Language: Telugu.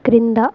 క్రింద